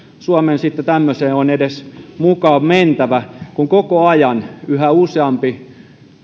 suomen sitten tämmöiseen on edes mukaan mentävä kun koko ajan yhä useampi